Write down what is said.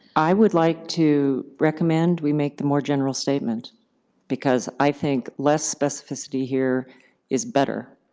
i would like to recommend we make the more general statement because i think less specificity here is better,